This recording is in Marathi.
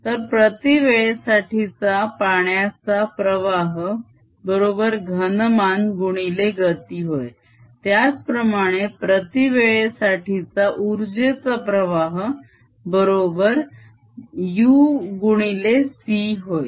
तर प्रती वेळेसाठीचा पाण्याचा प्रवाह बरोबर घनमान गुणिले गती होय त्याचप्रमाणे प्रती वेळेसाठीचा उर्जेचा प्रवाह बरोबर u गुणिले c होय